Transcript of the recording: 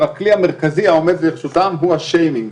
הכלי המרכזי העומד לרשותם הוא השיימינג.